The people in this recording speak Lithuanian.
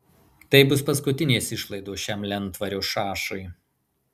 tai bus paskutinės išlaidos šiam lentvario šašui